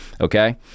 Okay